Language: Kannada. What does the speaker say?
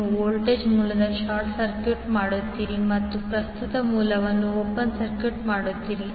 ನೀವು ವೋಲ್ಟೇಜ್ ಮೂಲವನ್ನು ಶಾರ್ಟ್ ಸರ್ಕ್ಯೂಟ್ ಮಾಡುತ್ತೀರಿ ಮತ್ತು ಪ್ರಸ್ತುತ ಮೂಲವನ್ನು ಓಪನ್ ಸರ್ಕ್ಯೂಟ್ ಮಾಡುತ್ತೀರಿ